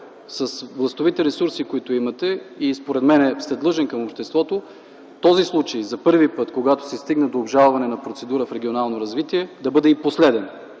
с властовите ресурси, които имате. Според мен сте длъжен към обществото този случай за първи път, когато се стигне до обжалване на процедурата в „Регионално развитие”, да бъде и последен.